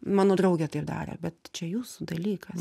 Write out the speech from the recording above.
mano draugė taip darė bet čia jūsų dalykas